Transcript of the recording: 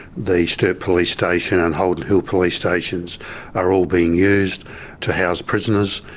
the sturt police station and holden hill police station so are all being used to house prisoners.